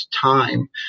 time